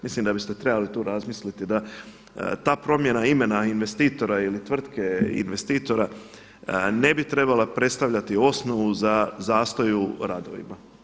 Mislim da biste trebali tu razmisliti da ta promjena imena investitora ili tvrtke investitora ne bi trebala predstavljati za osnovu u zastoju radovima.